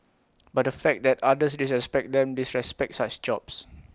but the fact that others disrespect them disrespect such jobs